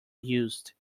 used